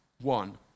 One